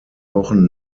wochen